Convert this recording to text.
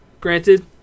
Granted